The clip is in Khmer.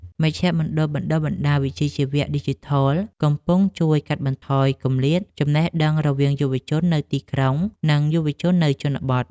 មជ្ឈមណ្ឌលបណ្តុះបណ្តាលវិជ្ជាជីវៈឌីជីថលកំពុងជួយកាត់បន្ថយគម្លាតចំណេះដឹងរវាងយុវជននៅទីក្រុង និងយុវជននៅជនបទ។